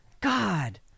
God